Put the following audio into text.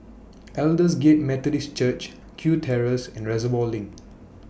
Aldersgate Methodist Church Kew Terrace and Reservoir LINK